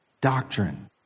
doctrine